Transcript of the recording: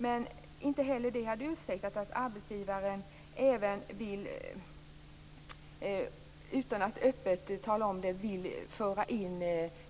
Men inte heller det hade ursäktat att arbetsgivaren, utan att öppet tala om det, vill föra in